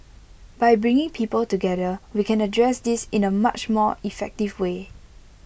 by bringing people together we can address this in A much more effective way